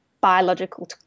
biological